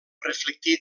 reflectir